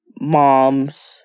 moms